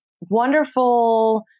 wonderful